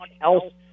else